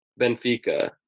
Benfica